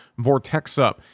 Vortexup